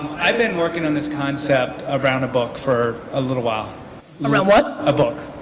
i've been working on this concept around book for a little while. around what? a book.